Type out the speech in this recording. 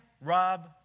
rob